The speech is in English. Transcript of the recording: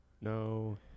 No